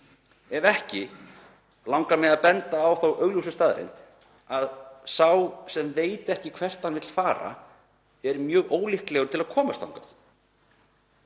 Ef ekki langar mig að benda á þá augljósu staðreynd að sá sem veit ekki hvert hann vill fara er mjög ólíklegur til að komast þangað.